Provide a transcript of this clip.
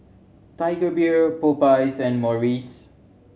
Tiger Beer Popeyes and Morries